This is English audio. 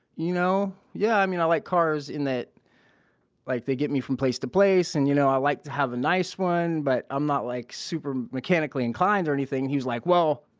you know yeah. i mean, i like cars in that like they get me from place to place and you know, i like to have a nice one, but i'm not like super mechanically inclined or anything. he was like, well,